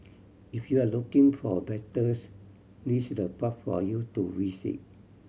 if you're looking for a battles this the park for you to visit